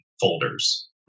folders